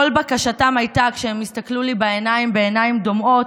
כל בקשתם הייתה, כשהם הסתכלו עליי בעיניים דומעות,